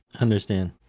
understand